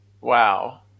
Wow